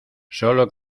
sólo